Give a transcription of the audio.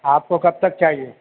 آپ کو کب تک چاہیے